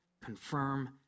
confirm